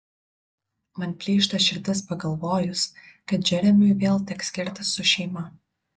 man plyšta širdis pagalvojus kad džeremiui vėl teks skirtis su šeima